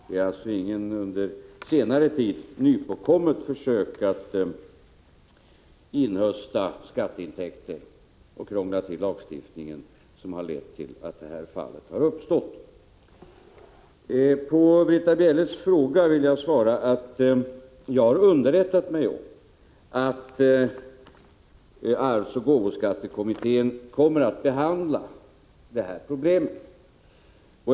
Det är alltså inget under senare tid nypåkommet försök att inhösta skatteintäkter och krångla till lagstiftningen som har lett till att detta fall uppstått. På Britta Bjelles fråga vill jag svara att jag har underrättat mig om att arvsoch gåvoskattekommittén kommer att behandla det här problemet.